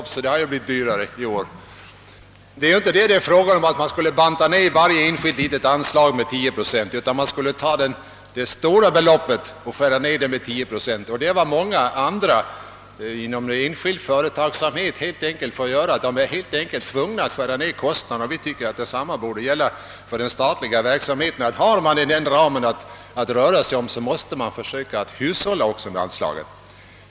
Portot har ju för övrigt höjts i år! Meningen är alltså inte, att varje enskilt litet anslag skulle bantas ned med 10 procent, utan man skulle ta det stora beloppet och skära ned det med 10 procent. Det är vad många inom enskild företagsamhet får göra: de är helt enkelt tvungna att skära ned kostnaderna. Och vi tycker att detsamma borde gälla för den statliga verksamheten. Har man en ram att röra sig inom, så måste man också försöka hushålla med anslagen.